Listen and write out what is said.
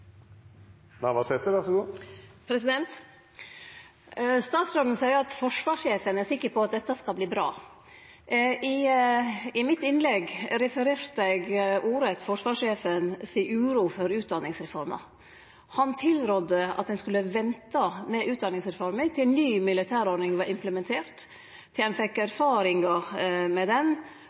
sikker på at dette skal verte bra. I innlegget mitt refererte eg ordrett forsvarssjefen si uro for utdanningsreforma. Han tilrådde at ein skulle vente med utdanningsreforma til den nye militære ordninga var implementert, til ein fekk erfaringar med